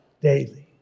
daily